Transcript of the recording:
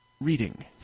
reading